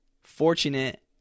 fortunate